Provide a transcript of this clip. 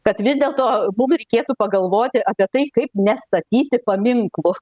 kad vis dėlto mum reikėtų pagalvoti apie tai kaip nestatyti paminklų